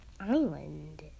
island